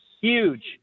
huge